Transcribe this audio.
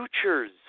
futures